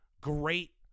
great